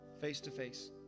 face-to-face